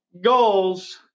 goals